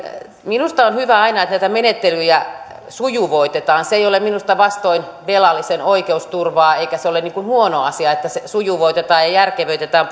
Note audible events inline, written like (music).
minusta on hyvä aina että näitä menettelyjä sujuvoitetaan se ei ole minusta vastoin velallisen oikeusturvaa eikä se ole huono asia että sujuvoitetaan ja ja järkevöitetään (unintelligible)